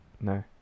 No